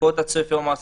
לחכות עד סוף יום העסקים,